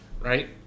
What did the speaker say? Right